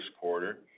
quarter